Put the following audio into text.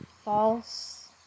false